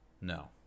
No